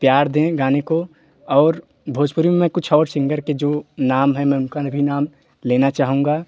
प्यार दें गाने को और भोजपुरी में कुछ और सिंगर के जो नाम है मैं उनका में भी नाम लेना चाहूँगा